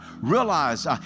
realize